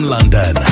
London